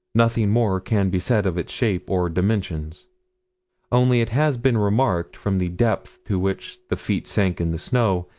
nothing more can be said of its shape or dimensions only it has been remarked, from the depth to which the feet sank in the snow,